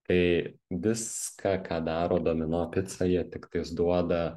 kai viską ką daro domino pica jie tiktais duoda